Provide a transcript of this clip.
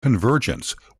convergence